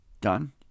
Done